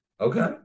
Okay